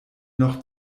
noch